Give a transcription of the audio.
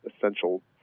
essential